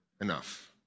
Enough